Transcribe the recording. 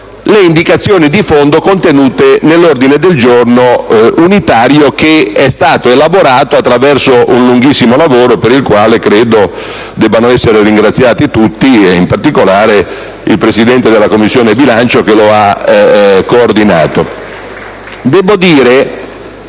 le indicazioni di fondo contenute nell'ordine del giorno unitario che è stato elaborato attraverso un lunghissimo lavoro, per il quale credo debbano essere ringraziati tutti e in particolare il Presidente della Commissione bilancio, che lo ha coordinato.